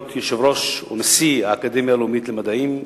יושב-ראש ונשיא האקדמיה הלאומית למדעים.